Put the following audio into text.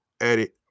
edit